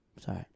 Sorry